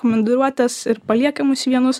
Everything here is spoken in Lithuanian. komandiruotes ir palieka mus vienus